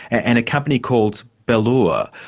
and a company called bellure.